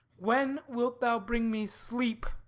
when wilt thou bring me sleep,